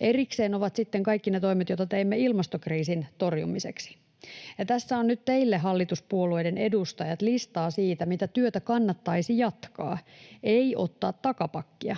Erikseen ovat sitten kaikki ne toimet, joita teimme ilmastokriisin torjumiseksi. Tässä on nyt teille, hallituspuolueiden edustajat, listaa siitä, mitä työtä kannattaisi jatkaa, ei ottaa takapakkia.